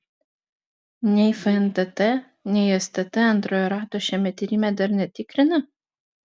nei fntt nei stt antrojo rato šiame tyrime dar netikrina